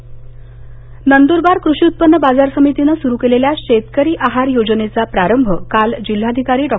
नंदरवार नंदूरबार कृषी उत्पन्न बाजार समितीनं सुरू केलेल्या शेतकरी आहार योजनेचा प्रारंभ काल जिल्हाधिकारी डॉ